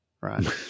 Right